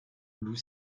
loup